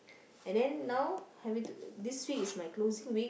and then now having to this week is my closing week